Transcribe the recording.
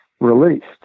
released